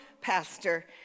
pastor